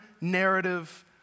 narrative